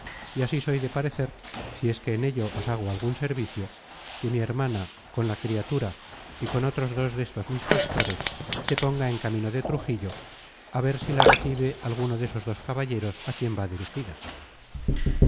y así soy de parecer si es que en ello os hago algun servicio que mi hermana con la criatura y con otros dos destos mis pastores se ponga en camino de trujillo á ver si la recibe alguno desos dos caballeros á quien va dirigida